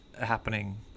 happening